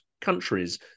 countries